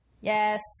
Yes